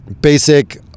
basic